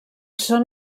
són